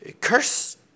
Curse